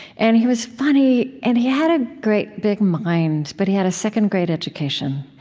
and he was funny. and he had a great big mind, but he had a second-grade education